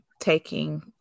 taking